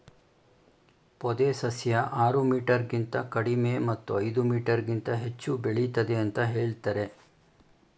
ಪೊದೆ ಸಸ್ಯ ಆರು ಮೀಟರ್ಗಿಂತ ಕಡಿಮೆ ಮತ್ತು ಐದು ಮೀಟರ್ಗಿಂತ ಹೆಚ್ಚು ಬೆಳಿತದೆ ಅಂತ ಹೇಳ್ತರೆ